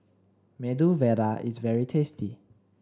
Medu Vada is very tasty